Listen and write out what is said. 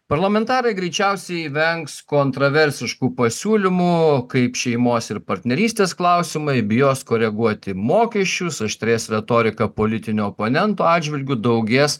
parlamentarai greičiausiai vengs kontroversiškų pasiūlymų kaip šeimos ir partnerystės klausimai bijos koreguoti mokesčius aštrės retorika politinio oponento atžvilgiu daugės